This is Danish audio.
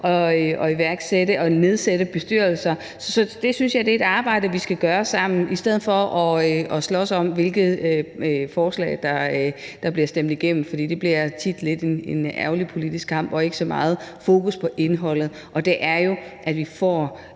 et flertal for at nedsætte bestyrelser. Så det synes jeg er et arbejde vi skal gøre sammen i stedet for at slås om, hvilket forslag der bliver stemt igennem, for det bliver tit en lidt ærgerlig politisk kamp, hvor der ikke er så meget fokus på indholdet, som jo er, at vi får